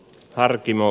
harkimo